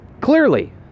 clearly